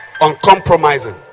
uncompromising